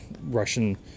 russian